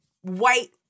white